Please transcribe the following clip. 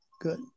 Good